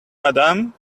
madam